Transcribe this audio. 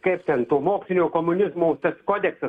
kaip ten to mokslinio komunizmo kodeksas